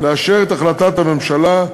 לאשר את החלטת הממשלה,